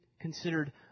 considered